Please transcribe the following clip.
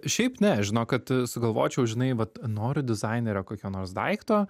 šiaip ne žinok kad sugalvočiau žinai vat noriu dizainerio kokio nors daikto